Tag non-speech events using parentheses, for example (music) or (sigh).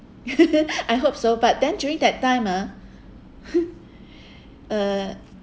(laughs) I hope so but then during that time ah (laughs) uh